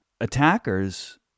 attackers